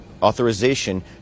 authorization